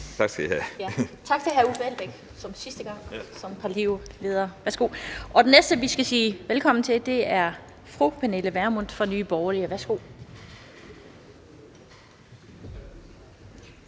(Annette Lind): Tak til hr. Uffe Elbæk for hans sidste gang som partileder. Og den næste, vi skal sige velkommen til, er fru Pernille Vermund fra Nye Borgerlige. Værsgo.